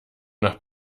nach